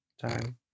time